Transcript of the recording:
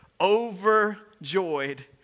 overjoyed